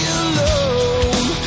alone